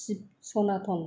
Shiv Sanatan